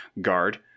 guard